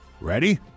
ready